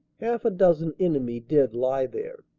half a dozen enemy dead lie there,